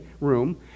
room